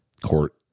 court